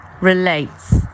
relates